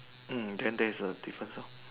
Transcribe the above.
mm then there's a difference loh